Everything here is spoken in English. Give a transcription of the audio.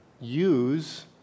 use